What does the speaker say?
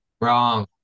Wrong